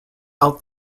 out